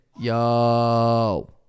yo